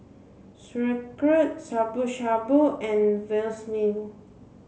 Sauerkraut Shabu Shabu and